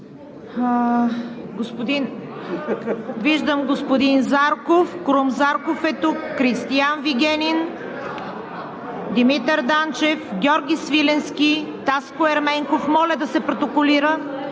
Виждам, че господин Крум Зарков е тук, Кристиан Вигенин, Димитър Данчев, Георги Свиленски, Таско Ерменков – моля да се протоколира